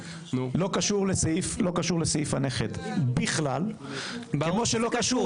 לא קשור לסעיף הנכד בכלל, כמו שלא קשורה